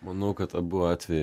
manau kad abu atvejai